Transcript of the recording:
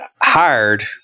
hired